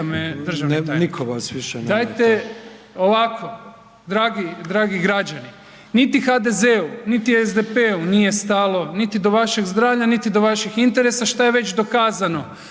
Dajte ovako, dragi građani niti HDZ-u, niti SDP-u nije stalo niti do vašeg zdravlja, niti do vaših interesa što je već dokazano.